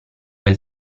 bel